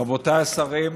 רבותיי השרים,